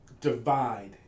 divide